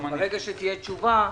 ברגע שתהיה תשובה,